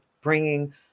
bringing